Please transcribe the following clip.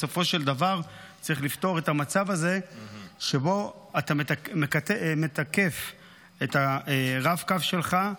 בסופו של דבר צריך לפתור את המצב הזה שבו אתה מתקף את הרב קו שלך,